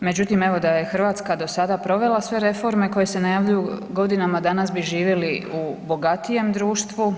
Međutim evo da je RH do sada provela sve reforme koje se najavljuju godinama, danas bi živjeli u bogatijem društvu,